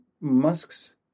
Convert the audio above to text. Musk's